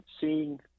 seeing –